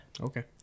Okay